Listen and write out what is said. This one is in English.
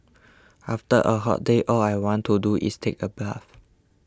after a hot day all I want to do is take a bath